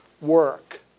work